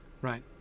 right